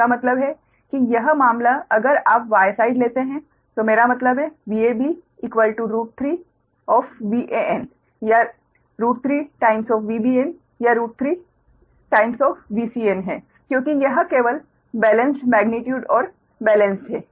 इसका मतलब है कि यह मामला अगर आप Y साइड लेते हैं तो मेरा मतलब है VAB√𝟑VAn या √3VBn या √3VCn है क्योंकि यह केवल बेलेंस्ड मेग्नीट्यूड और बेलेंस्ड है